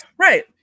Right